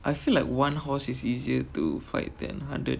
I feel like one horse is easier to fight than hundred